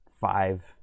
five